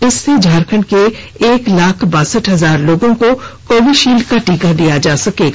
इससे झारखंड के एक लाख बासठ हजार लोगों को कोविशील्ड का टीका दिया जा सकेगा